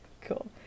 Cool